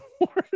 Wars